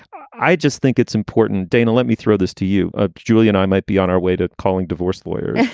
i i just think it's important. dana, let me throw this to you ah julian, i might be on our way to calling divorce lawyer,